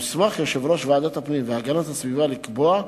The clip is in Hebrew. יוסמך יושב-ראש ועדת הפנים והגנת הסביבה לקבוע,